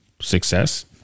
success